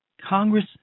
Congress